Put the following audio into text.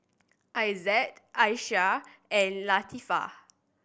Izzat Aisyah and Latifa